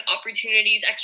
opportunities